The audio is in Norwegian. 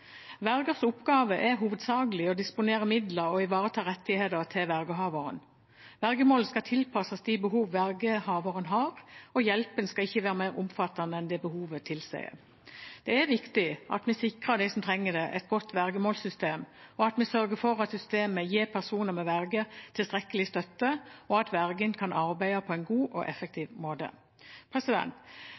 oppgave er hovedsakelig å disponere midler og ivareta rettigheter til vergehaveren. Vergemålet skal tilpasses de behov vergehaveren har, og hjelpen skal ikke være mer omfattende enn behovet tilsier. Det er viktig at vi sikrer dem som trenger det, et godt vergemålssystem, at vi sørger for at systemet gir personer med verge tilstrekkelig støtte, og at vergen kan arbeide på en god og effektiv måte.